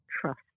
trust